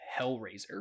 Hellraiser